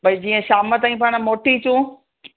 भई जीअं शाम ताईं पाण मोटी अचूं